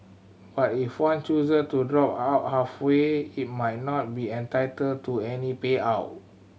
but if one choose to drop out halfway he might not be entitled to any payout